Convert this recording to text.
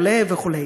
עולה וכו'.